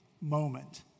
moment